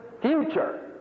future